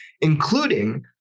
including